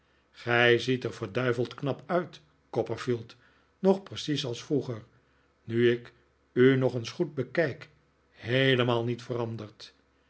gij ziet er verduiveld knap uit copperfield nog precies als vroeger nu ik u nog eens goed bekijk heelemaal niet veranderd